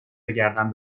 بگردم